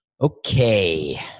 Okay